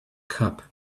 cup